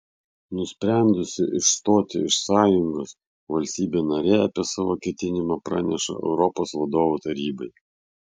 nusprendusi išstoti iš sąjungos valstybė narė apie savo ketinimą praneša europos vadovų tarybai